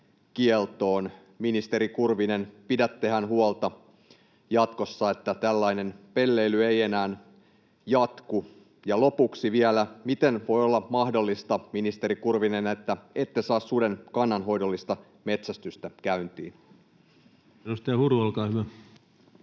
Ministeri Kurvinen, pidättehän huolta jatkossa, että tällainen pelleily ei enää jatku? Ja lopuksi vielä: miten voi olla mahdollista, ministeri Kurvinen, että ette saa suden kannanhoidollista metsästystä käyntiin? [Speech 100] Speaker: